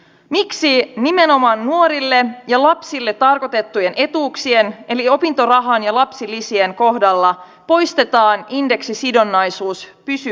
miksi nimenomaan nuorille ja lapsille tarkoitettujen etuuksien eli opintorahan ja lapsilisien kohdalla poistetaan indeksisidonnaisuus pysyvästi